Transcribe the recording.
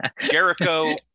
Jericho